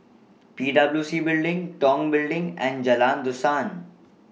P W C Building Tong Building and Jalan Dusan